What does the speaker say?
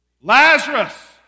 Lazarus